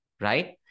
right